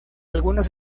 algunos